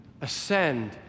ascend